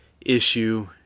issue